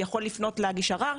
יכול לפנות להגיש ערר,